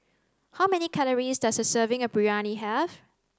How many calories does a serving of Biryani have